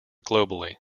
globally